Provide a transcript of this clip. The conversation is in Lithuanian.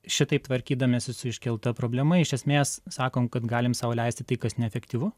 šitaip tvarkydamiesi su iškelta problema iš esmės sakom kad galim sau leisti tai kas neefektyvu